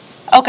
okay